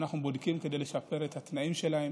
אנחנו בודקים איך לשפר את התנאים שלהם.